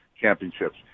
championships